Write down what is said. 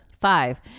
Five